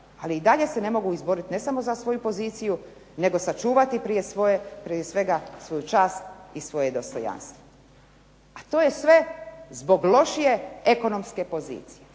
ali i dalje se ne mogu izboriti ne samo za svoju poziciju, nego sačuvati prije svega svoju čast i svoje dostojanstvo. A to je sve zbog lošije ekonomske pozicije.